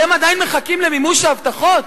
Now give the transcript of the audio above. אתם עדיין מחכים למימוש ההבטחות?